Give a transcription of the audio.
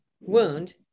wound